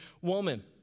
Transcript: woman